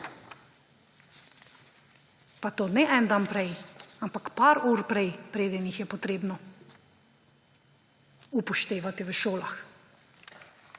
Pa to ne en dan prej, ampak par ur prej, preden jih je potrebno upoštevati v šolah,